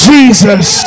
Jesus